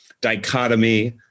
dichotomy